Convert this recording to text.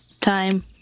time